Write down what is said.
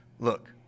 Look